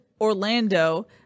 Orlando